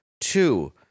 two